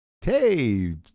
hey